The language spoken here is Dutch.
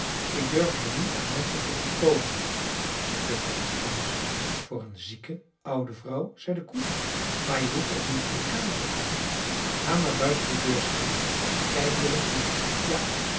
ik durf me niet aan menschen te vertoonen je kunt toch niet bang zijn voor een zieke oude vrouw zei de koe maar je hoeft ook niet in de kamer te gaan ga maar buiten de deur staan en kijk door een kier ja